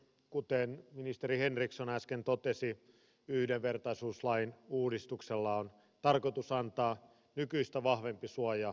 kuten ministeri henriksson äsken totesi yhdenvertaisuuslain uudistuksella on tarkoitus antaa nykyistä vahvempi suoja syrjinnältä